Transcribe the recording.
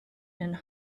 and